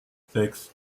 sechs